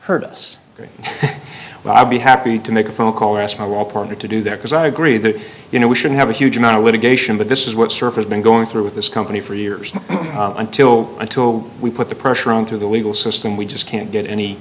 well i'll be happy to make a phone call or ask my wall partner to do that because i agree that you know we should have a huge amount of litigation but this is what surface been going through with this company for years until until we put the pressure on through the legal system we just can't get any